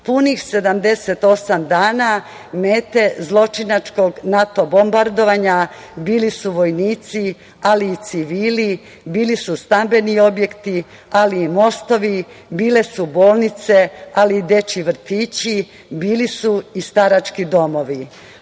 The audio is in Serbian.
Punih 78 dana mete zločinačkog NATO bombardovanja bili su vojnici, ali i civili, bili su stambeni objekti, ali i mostovi, bile su bolnice, ali i dečiji vrtići, bili su i starački domovi.U